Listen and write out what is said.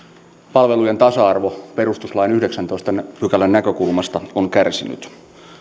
palvelujen tasa arvo perustuslain yhdeksännentoista pykälän näkökulmasta on kärsinyt